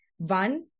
One